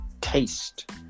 taste